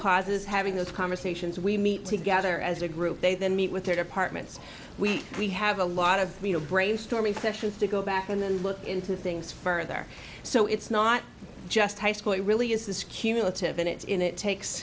causes having those conversations we meet together as a group they then meet with their departments we we have a lot of brainstorming sessions to go back and look into things further so it's not just high school it really is this cumulative minutes in it takes